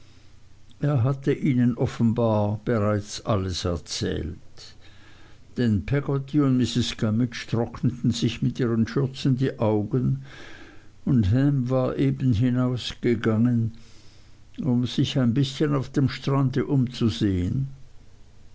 er hatte ihnen offenbar bereits alles erzählt denn peggotty und mrs gummidge trockneten sich mit ihren schürzen die augen und ham war eben hinausgegangen um sich ein bißchen auf dem strande umzusehen